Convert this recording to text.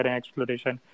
exploration